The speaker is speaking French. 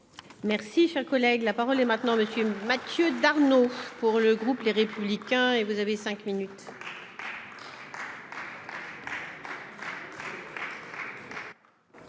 Merci, cher collègue, la parole est maintenant monsieur Mathieu Darnaud pour le groupe Les Républicains et vous avez 5 minutes.